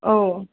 औ